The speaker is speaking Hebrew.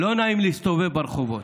לא נעים להסתובב ברחובות.